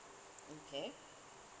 okay